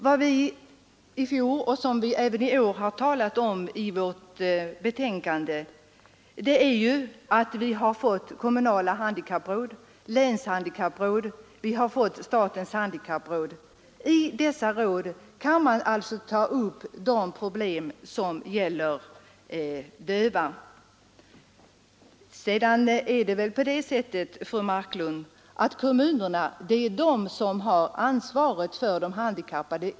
Både i fjol och i år har vi i betänkandet påpekat att vi fått kommunala handikappråd, länshandikappråd och statens handikappråd. I dessa råd kan man ta upp problem som gäller de döva. Dessutom är det, fru Marklund, kommunerna som i dag har ansvaret för de handikappade.